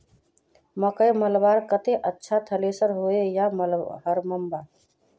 मकई मलवार केते अच्छा थरेसर होचे या हरम्बा?